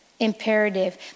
imperative